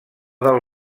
del